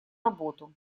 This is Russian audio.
работу